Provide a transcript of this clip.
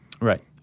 right